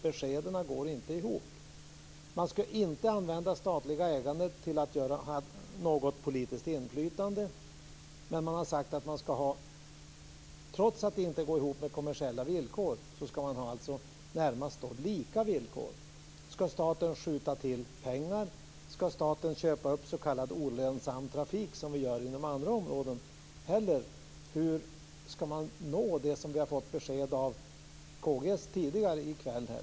Beskeden går inte ihop. Man skall inte använda det statliga ägandet till att utöva något politiskt inflytande. Men trots att det inte går ihop med kommersiella villkor skall man alltså ha närmast lika villkor. Skall staten skjuta till pengar? Skall staten köpa upp s.k. olönsam trafik på samma sätt som vi gör inom andra områden? Hur skall man nå det mål som vi har fått besked om av Karl Gustav Abramsson tidigare i kväll?